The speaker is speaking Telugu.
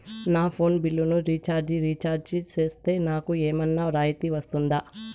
నా ఫోను బిల్లును రీచార్జి రీఛార్జి సేస్తే, నాకు ఏమన్నా రాయితీ వస్తుందా?